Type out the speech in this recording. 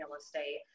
estate